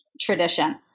Tradition